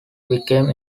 became